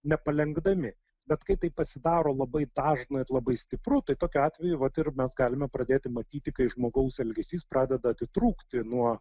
nepalenkdami bet kai tai pasidaro labai dažna ir labai stipru tai tokiu atveju vat ir mes galime pradėti matyti kai žmogaus elgesys pradeda atitrūkti nuo